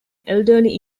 elderly